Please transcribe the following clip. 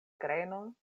grenon